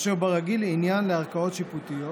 אשר ברגיל היא עניין לערכאות שיפוטיות